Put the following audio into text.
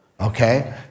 Okay